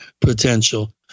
potential